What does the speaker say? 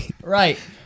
right